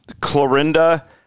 Clorinda